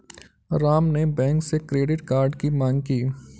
राम ने बैंक से credit card की माँग की